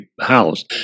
house